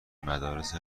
مدارس